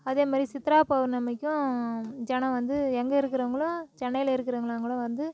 அதேமாதிரி சித்ரா பௌர்ணமிக்கும் ஜனம் வந்து எங்கே இருக்கிறவங்களும் சென்னையில் இருக்கிறவங்கலாம் கூட வந்து